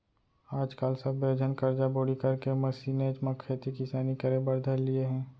आज काल सब्बे झन करजा बोड़ी करके मसीनेच म खेती किसानी करे बर धर लिये हें